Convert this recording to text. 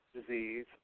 disease